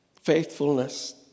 Faithfulness